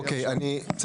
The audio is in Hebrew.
אוקיי, טוב.